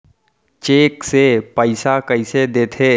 Cheque से पइसा कइसे देथे?